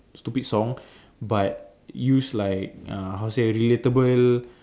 stupid song but use like uh how to say relatable